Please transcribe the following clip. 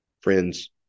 Friends